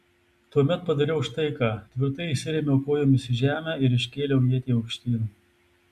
tuomet padariau štai ką tvirtai įsirėmiau kojomis į žemę ir iškėliau ietį aukštyn